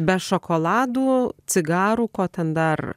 be šokoladų cigarų ko ten dar